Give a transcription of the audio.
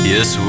Yes